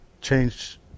change